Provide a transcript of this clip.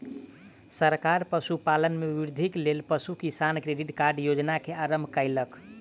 सरकार पशुपालन में वृद्धिक लेल पशु किसान क्रेडिट कार्ड योजना के आरम्भ कयलक